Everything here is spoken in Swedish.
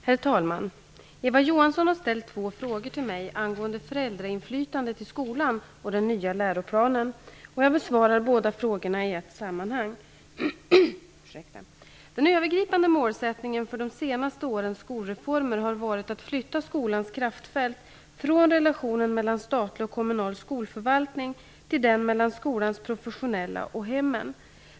Herr talman! Eva Johansson har ställt två frågor till mig angående föräldrainflytandet i skolan och den nya läroplanen. Jag besvarar båda frågorna i ett sammanhang. Den övergripande målsättningen för de senaste årens skolreformer har varit att flytta skolans kraftfält från relationen mellan statlig och kommunal skolförvaltning till den mellan skolans professionella och hemmen.